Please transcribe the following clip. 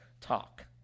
talk